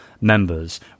members